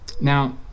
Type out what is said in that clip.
Now